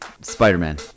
Spider-Man